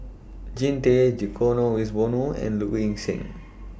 Jean Tay Dkolo Wiswono and Low Ing Sing